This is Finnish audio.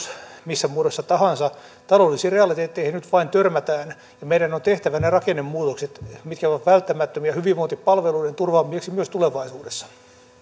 missä muodossa tahansa taloudellisiin realiteetteihin nyt vain törmätään ja meidän on tehtävä ne rakennemuutokset mitkä ovat välttämättömiä hyvinvointipalveluiden turvaamiseksi myös tulevaisuudessa